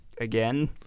again